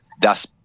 thus